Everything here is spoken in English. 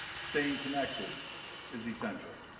staying connected is essential.